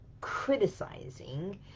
criticizing